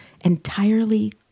entirely